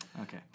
Okay